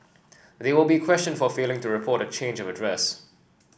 they will be questioned for failing to report a change of address